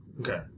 Okay